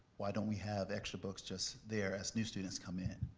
why don't we have extra books just there as new students come in?